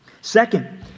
Second